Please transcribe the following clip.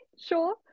sure